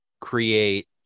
create